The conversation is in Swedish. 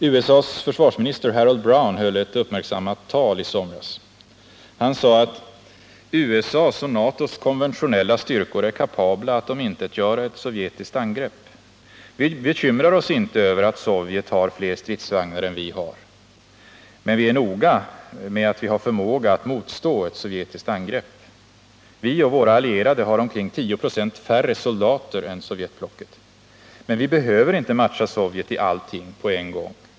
USA:s försvarsminister Harold Brown höll ett uppmärksammat tal i somras. Han sade att ”USA:s och NATO:s konventionella styrkor är kapabla att omintetgöra ett sovjetiskt angrepp. Vi bekymrar oss inte över att Sovjet har fler stridsvagnar än vi har ——— men vi är noga med att vi har förmåga att motstå ett sovjetiskt angrepp. -—-- Vi och våra allierade har omkring 10 procent färre soldater än Sovjetblocket. Men vi behöver inte matcha Sovjet i allting på en gång.